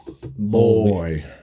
Boy